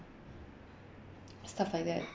stuff like that